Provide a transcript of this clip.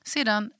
Sedan